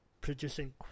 producing